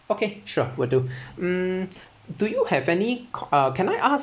okay sure will do mm do you have any uh can I ask